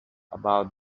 about